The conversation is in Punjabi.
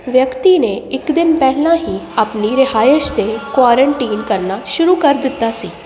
ਵਿਅਕਤੀ ਨੇ ਇੱਕ ਦਿਨ ਪਹਿਲਾਂ ਹੀ ਆਪਣੀ ਰਿਹਾਇਸ਼ 'ਤੇ ਕੁਆਰੰਟੀਨ ਕਰਨਾ ਸ਼ੁਰੂ ਕਰ ਦਿੱਤਾ ਸੀ